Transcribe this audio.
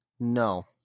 no